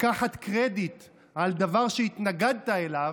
לקחת קרדיט על דבר שהתנגדת לו,